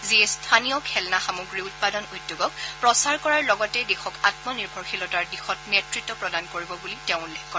যিয়ে স্থানীয় খেলনা সামগ্ৰী উৎপাদন উদ্যোগক প্ৰচাৰ কৰাৰ লগতে দেশক আমনিৰ্ভৰশীলতাৰ দিশত নেতৃত্ব প্ৰদান কৰিব বুলি তেওঁ উল্লেখ কৰে